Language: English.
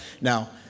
Now